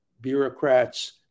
bureaucrats